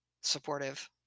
supportive